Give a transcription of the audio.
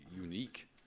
unique